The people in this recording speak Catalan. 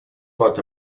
pot